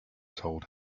told